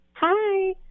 Hi